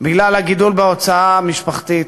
בגלל הגידול בהוצאה המשפחתית,